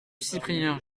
cyprien